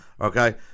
Okay